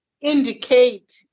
indicate